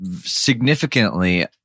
significantly